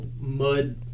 mud